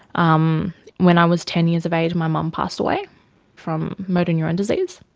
um when i was ten years of age my mum passed away from motor neurone disease,